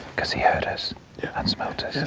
because he heard us yeah and smelt us.